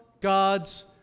God's